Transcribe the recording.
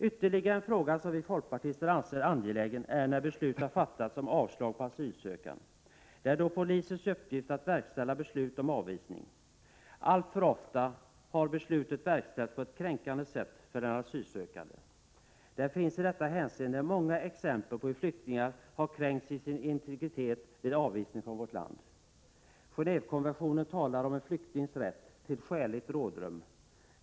Ytterligare en fråga som vi folkpartister anser angelägen är när beslut har fattats om avslag på asylansökan. Det är då polisens uppgift att verkställa beslutet om avvisning. Alltför ofta har beslutet verkställts på ett för den asylsökande kränkande sätt. Det finns i detta hänseende många exempel på hur flyktingar har kränkts i sin integritet vid avvisning från vårt land. Genévekonventionen talar om en flyktings rätt till ”skäligt rådrum”.